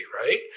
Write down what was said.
right